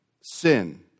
sin